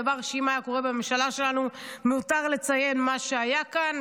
דבר שאם היה קורה בממשלה שלנו מיותר לציין מה שהיה כאן,